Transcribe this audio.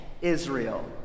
Israel